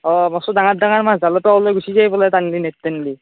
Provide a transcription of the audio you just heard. অ' মস্ত ডাঙৰ ডাঙৰ মাছ জালৰ পৰা উলাই গুচি যায় বোলে